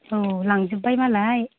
औ लांजोबबाय मालाय